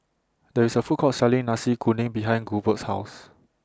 There IS A Food Court Selling Nasi Kuning behind Hurbert's House